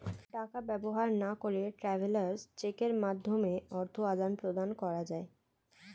টাকা ব্যবহার না করে ট্রাভেলার্স চেকের মাধ্যমে অর্থ আদান প্রদান করা যায়